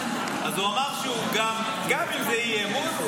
אז הוא אמר שגם אם זה אי-אמון,